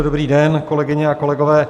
Dobrý den, kolegyně a kolegové.